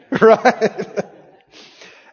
Right